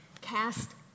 Cast